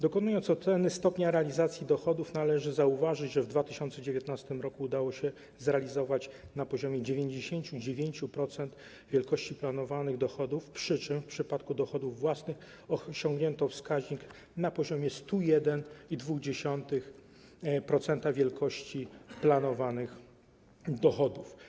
Dokonując oceny stopnia realizacji dochodów, należy zauważyć, że w 2019 r. udało się to zrealizować na poziomie 99% wielkości planowanych dochodów, przy czym w przypadku dochodów własnych osiągnięto wskaźnik na poziomie 101,2% wielkości planowanych dochodów.